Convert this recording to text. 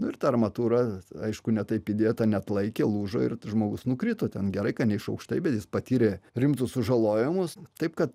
nu ir ta armatūra aišku ne taip įdėta neatlaikė lūžo ir žmogus nukrito ten gerai kad ne iš aukštai bet jis patyrė rimtus sužalojimus taip kad